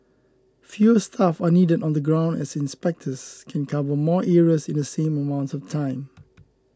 fewer staff are needed on the ground as inspectors can cover more areas in the same amount of time